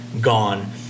gone